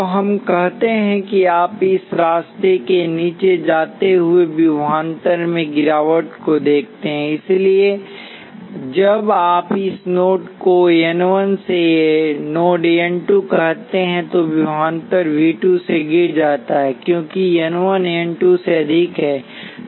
तो हम कहते हैं कि आप इस रास्ते से नीचे जाते हुएविभवांतर में गिरावट को देखते हैं इसलिए जब आप इस नोड को n 1 से नोड n 2 कहते हैं तोविभवांतर V 2 से गिर जाता है क्योंकि n 1 n 2 से अधिक है